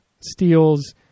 steals